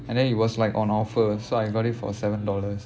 and then it was like on offer so I got it for seven dollars